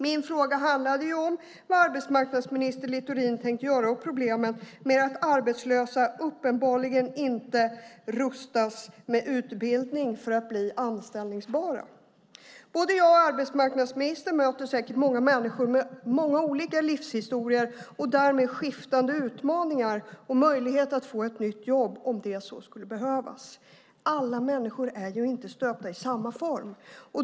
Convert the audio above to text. Min fråga handlar om vad arbetsmarknadsminister Littorin tänker göra åt problemet med att arbetslösa uppenbarligen inte rustas med utbildning för att bli anställningsbara. Både jag och arbetsmarknadsministern möter säkert människor med många olika livshistorier och därmed skiftande utmaningar och möjligheter att få ett nytt jobb om det skulle behövas. Alla människor är inte stöpta i samma form.